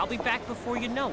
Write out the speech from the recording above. i'll be back before you know